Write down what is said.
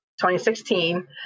2016